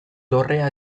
dorrea